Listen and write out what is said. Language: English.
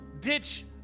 ditch